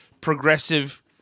progressive